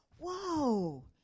whoa